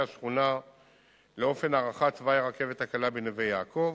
השכונה לאופן הארכת תוואי הרכבת הקלה בנווה-יעקב.